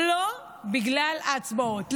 לא בגלל ההצבעות.